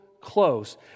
close